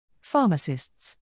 pharmacists